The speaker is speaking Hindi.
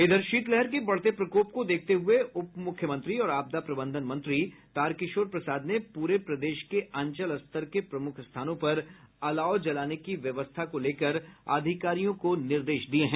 इधर शीतलहर के बढ़ते प्रकोप को देखते हुए उपमुख्यमंत्री और आपदा प्रबंधन मंत्री तारकिशोर प्रसाद ने पूरे प्रदेश के अंचल स्तर के प्रमुख स्थनों पर अलाव जलाने की व्यवस्था को लेकर अधिकारियों को निर्देश दिया है